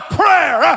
prayer